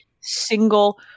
single